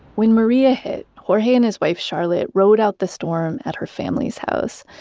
when maria hit, jorge and his wife charlot rode out the storm at her family's house.